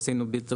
עשינו,